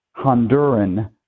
Honduran